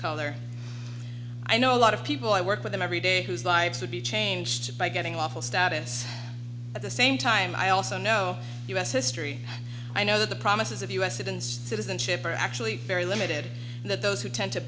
color i know a lot of people i work with them every day whose lives would be changed by getting awful status at the same time i also know u s history i know that the promises of u s it instead as in ship are actually very limited and that those who tend to